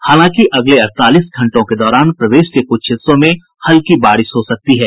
हालांकि अगले अड़तालीस घंटों के दौरान प्रदेश के कुछ हिस्सों में हल्की बारिश हो सकती है